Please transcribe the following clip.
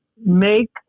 Make